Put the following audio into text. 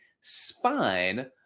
spine